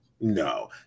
No